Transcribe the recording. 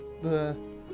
the-